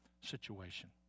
situation